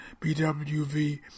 BWV